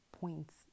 points